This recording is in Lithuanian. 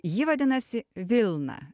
ji vadinasi vilna